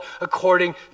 according